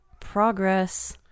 progress